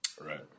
Right